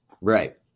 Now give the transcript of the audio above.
Right